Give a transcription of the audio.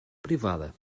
privada